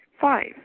Five